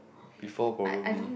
before probably